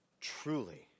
truly